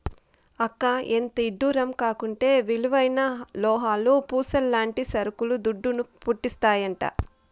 అక్కా, ఎంతిడ్డూరం కాకుంటే విలువైన లోహాలు, పూసల్లాంటి సరుకులు దుడ్డును, పుట్టిస్తాయంట